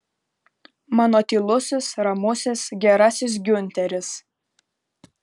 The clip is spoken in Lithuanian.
mano tylusis ramusis gerasis giunteris